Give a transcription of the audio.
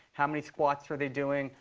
how many squats are they doing?